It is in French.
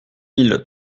mille